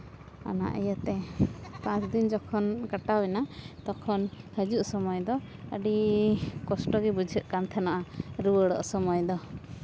ᱚᱱᱟ ᱤᱭᱟᱹᱛᱮ ᱯᱟᱸᱪᱫᱤᱱ ᱡᱚᱠᱷᱚᱱ ᱠᱟᱴᱟᱣ ᱮᱱᱟ ᱛᱚᱠᱷᱚᱱ ᱦᱤᱡᱩᱜ ᱥᱚᱢᱚᱭ ᱫᱚ ᱟᱹᱰᱤ ᱠᱚᱥᱴᱚ ᱜᱮ ᱵᱩᱡᱷᱟᱹᱜ ᱠᱟᱱ ᱛᱟᱦᱮᱱᱟ ᱨᱩᱣᱟᱹᱲᱚᱜ ᱥᱚᱢᱚᱭ ᱫᱚ